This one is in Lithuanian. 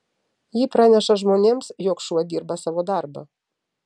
ji praneša žmonėms jog šuo dirba savo darbą